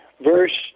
verse